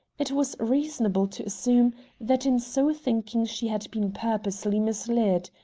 it was reasonable to assume that in so thinking she had been purposely misled.